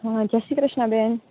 હા જય શ્રી કૃષ્ણ બેન